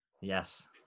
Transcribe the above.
Yes